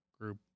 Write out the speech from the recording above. group